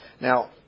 Now